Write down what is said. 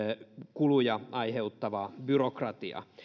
kuluja aiheuttavaa byrokratiaa